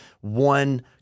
one